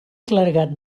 clergat